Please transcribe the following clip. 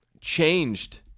changed